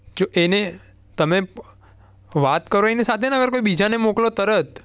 જો એને તમે વાત કરો એની સાથે નકર કોઈ બીજાને મોકલો તરત